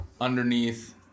underneath